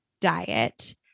diet